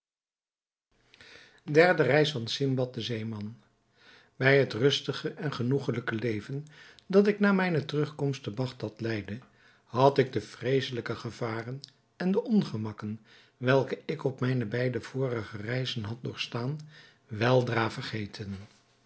derde reis van sindbad den zeeman bij het rustige en genoegelijke leven dat ik na mijne terugkomst te bagdad leidde had ik de vreeselijke gevaren en de ongemakken welke ik op mijne beide vorige reizen had doorgestaan weldra vergeten